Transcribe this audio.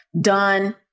done